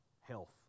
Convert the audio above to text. health